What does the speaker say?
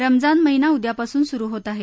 रमजान महिना उद्यापासून सुरु होत आहे